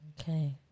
Okay